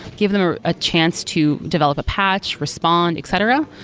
give them ah a chance to develop a patch, respond, etc.